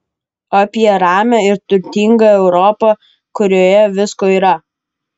apie ramią ir turtingą europą kurioje visko yra